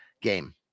game